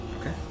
Okay